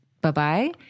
bye-bye